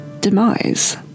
demise